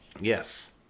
Yes